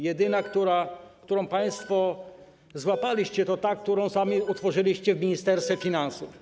Jedyna, którą państwo złapaliście, to ta, którą sami utworzyliście w Ministerstwie Finansów.